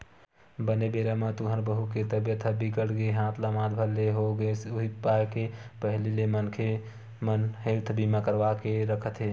बने बेरा म तुँहर बहू के तबीयत ह बिगड़ गे हाथ लमात भर ले हो गेस उहीं पाय के पहिली ले मनखे मन हेल्थ बीमा करवा के रखत हे